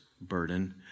burden